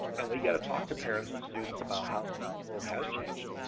and we've got to talk to parents and students about how the world has changed.